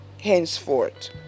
Henceforth